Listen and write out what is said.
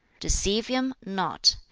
deceive him not,